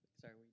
Sorry